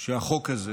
שהחוק הזה,